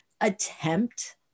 attempt